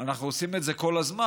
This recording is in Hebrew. אנחנו עושים את זה כל הזמן.